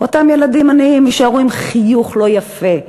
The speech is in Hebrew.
אותם ילדים עניים יישארו עם חיוך לא יפה,